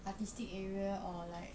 artistic area or like